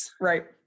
Right